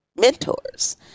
mentors